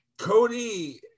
Cody